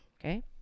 okay